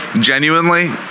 genuinely